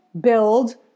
build